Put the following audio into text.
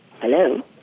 Hello